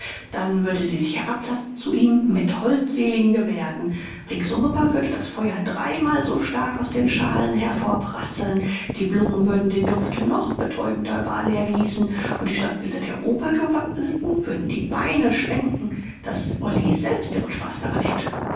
dann würde sie sich herablassen zu ihm mit holdseligen gebärden ringsum aber würde das feuer dreimal so stark aus den schalen hervorprasseln die blumen würden den duft noch betäubender über alle ergießen und die standbilder der obergewappelten würden die beine schwenken daß olly selbst ihren spaß daran hätte